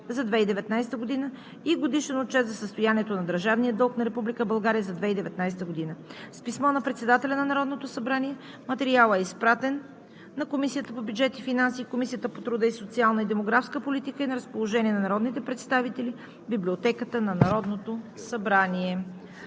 за 2019 г. и Годишен отчет за състоянието на държавния дълг на Република България за 2019 г. С писмо на председателя на Народното събрание материалът е изпратен на Комисията по бюджет и финанси и Комисията по труда, социалната и демографската политика и е на разположение на народните представители в Библиотеката на Народното събрание.